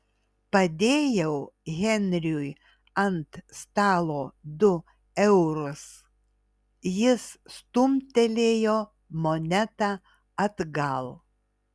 padėjau henriui ant stalo du eurus jis stumtelėjo monetą atgal